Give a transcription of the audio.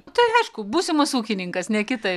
tai aišku būsimas ūkininkas ne kitaip